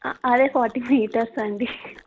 అదే forty metres అండి